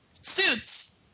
Suits